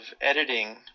editing